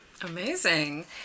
Amazing